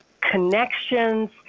connections